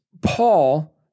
Paul